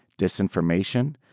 disinformation